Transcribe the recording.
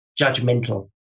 judgmental